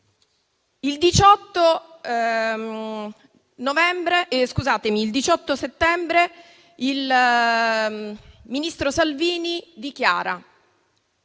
il 18 settembre il ministro Salvini dichiara